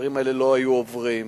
הדברים האלה לא היו עוברים,